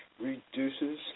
reduces